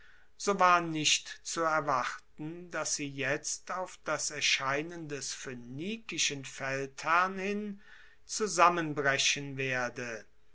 so war nicht zu erwarten dass sie jetzt auf das erscheinen des phoenikischen feldherrn hin zusammenbrechen werde